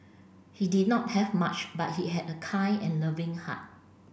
he did not have much but he had a kind and loving heart